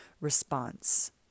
response